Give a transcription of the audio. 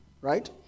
right